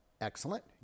Excellent